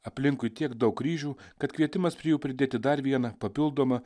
aplinkui tiek daug kryžių kad kvietimas prie jų pridėti dar vieną papildomą